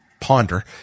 ponder